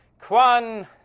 Kwan